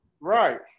right